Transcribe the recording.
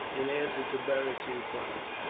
in answer to beric's inquiry.